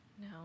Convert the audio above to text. No